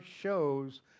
shows